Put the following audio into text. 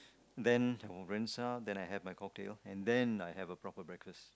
then um rinse ah then I have my cocktail and then I have a proper breakfast